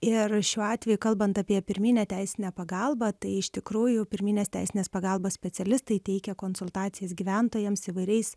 ir šiuo atveju kalbant apie pirminę teisinę pagalbą tai iš tikrųjų pirminės teisinės pagalbos specialistai teikia konsultacijas gyventojams įvairiais